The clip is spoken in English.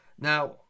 Now